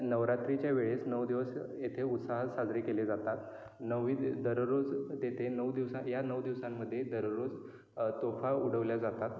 नवरात्रीच्या वेळेस नऊ दिवस येथे उत्साहात साजरी केले जातात नवी दररोज तेथे नऊ दिवस या नऊ दिवसांमध्ये दररोज तोफा उडवल्या जातात